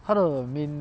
他的 main